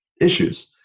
issues